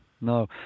No